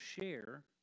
share